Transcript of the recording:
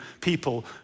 people